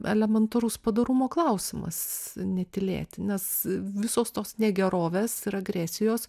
elementarus padorumo klausimas netylėti nes visos tos negerovės ir agresijos